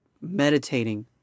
meditating